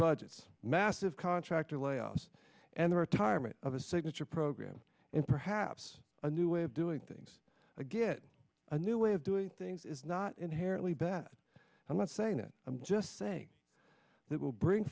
budgets massive contractor layoffs and the retirement of a signature program and perhaps a new way of doing things a good a new way of doing things is not inherently bad i'm not saying that i'm just saying that will bring